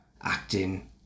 acting